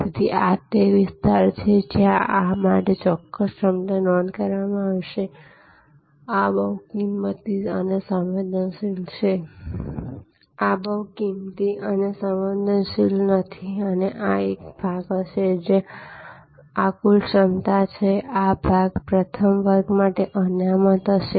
તેથી આ તે વિસ્તાર છે જ્યાં આ માટે ચોક્કસ ક્ષમતા નોંધ કરવામાં આવશે આ બહુ કિંમતી અને સંવેદનશીલ નથી અને આ એક ભાગ હશે જો આ કુલ ક્ષમતા છે તો આ ભાગ પ્રથમ વર્ગ માટે અનામત હશે